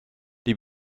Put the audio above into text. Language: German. die